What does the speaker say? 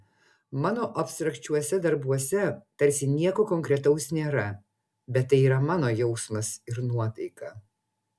mano abstrakčiuose darbuose tarsi nieko konkretaus nėra bet tai yra mano jausmas ir nuotaika